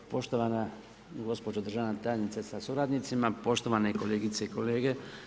Poštovana gospođo državna tajnice sa suradnicima, poštovane kolegice i kolege.